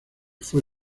fue